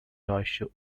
deutsche